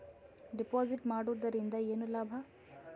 Deposit ಮಾಡುದರಿಂದ ಏನು ಲಾಭ?